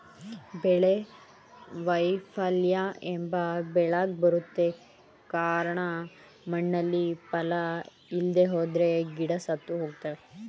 ಬೆಳೆ ವೈಫಲ್ಯ ಎಲ್ಲ ಬೆಳೆಗ್ ಬರುತ್ತೆ ಕಾರ್ಣ ಮಣ್ಣಲ್ಲಿ ಪಾಲ ಇಲ್ದೆಹೋದ್ರೆ ಗಿಡ ಸತ್ತುಹೋಗ್ತವೆ